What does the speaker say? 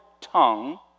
tongue